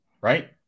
Right